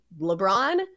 LeBron